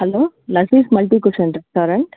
hello Lazeez multi cuisine restaurant